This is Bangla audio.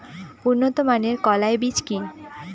উন্নত মানের কলাই বীজ কি?